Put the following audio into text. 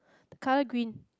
car green